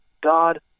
God